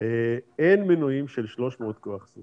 אין מנועים של 300 כוח סוס,